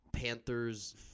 Panthers